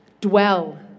dwell